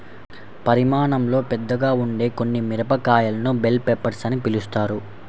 పరిమాణంలో పెద్దగా ఉండే కొన్ని మిరపకాయలను బెల్ పెప్పర్స్ అని పిలుస్తారు